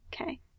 okay